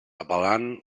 apel·lant